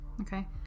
Okay